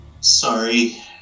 sorry